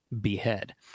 behead